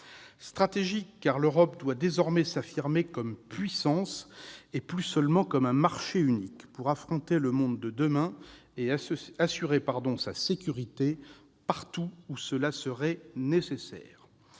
Stratégique, car l'Europe doit désormais s'affirmer comme puissance, et plus seulement comme un marché unique, pour affronter le monde de demain et assurer sa sécurité partout où cela serait nécessaire.